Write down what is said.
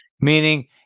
meaning